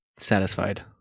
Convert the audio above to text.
Satisfied